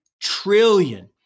trillion